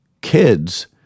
kids